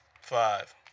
five